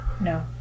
No